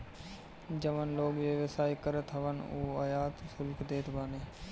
जवन लोग व्यवसाय करत हवन उ आयात शुल्क देत बाने